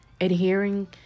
adhering